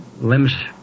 limbs